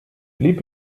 blieb